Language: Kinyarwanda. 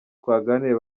twaganiriye